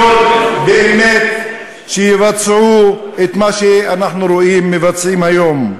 באמת שיבצעו את מה שאנחנו רואים שמבצעים היום.